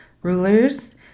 rulers